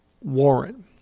Warren